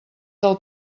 del